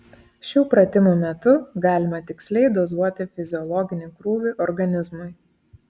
šių pratimų metu galima tiksliai dozuoti fiziologinį krūvį organizmui